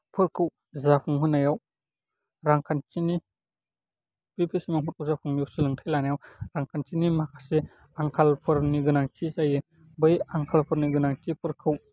फोरखौ जाफुंहोनायाव रांखान्थिनि बे खिसुमानफोरखौ जाफुंहोनायाव सोलोंथाइ लानायाव रांखान्थिनि माखासे आंखालफोरनि गोनांथि जायो बै आंखालफोरनि गोनांथिफोरखौ